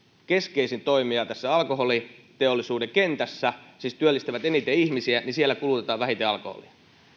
keskeisin toimija tässä alkoholiteollisuuden kentässä siis työllistävät eniten ihmisiä kulutetaan vähiten alkoholia